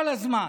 כל הזמן,